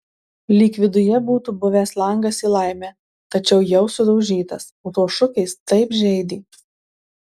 lyg viduje būtų buvęs langas į laimę tačiau jau sudaužytas o tos šukės taip žeidė